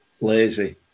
lazy